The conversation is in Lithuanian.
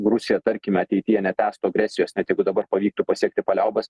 rusija tarkime ateityje netęstų agresijos net jeigu dabar pavyktų pasiekti paliaubas